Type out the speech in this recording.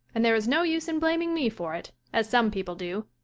and there is no use in blaming me for it, as some people do.